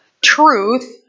truth